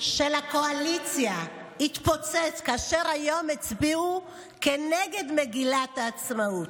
של הקואליציה התפוצץ כאשר הצביעו היום כנגד מגילת העצמאות,